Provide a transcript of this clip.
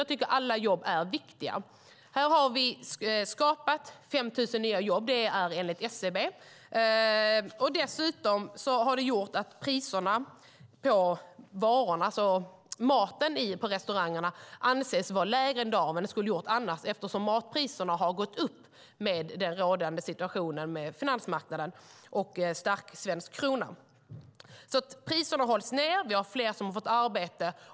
Jag tycker att alla jobb är viktiga. Här har vi skapat 5 000 nya jobb, enligt SCB. Dessutom anses priserna på maten på restaurangerna vara lägre i dag i och med detta än vad de skulle vara annars, eftersom matpriserna har gått upp i den rådande situationen på finansmarknaden och med en stark svensk krona. Priserna hålls nere. Det är fler som har fått arbete.